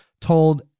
told